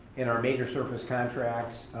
and our major service contracts,